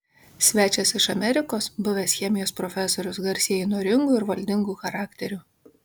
svečias iš amerikos buvęs chemijos profesorius garsėja įnoringu ir valdingu charakteriu